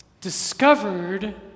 discovered